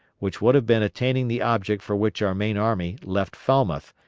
which would have been attaining the object for which our main army left falmouth,